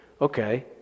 Okay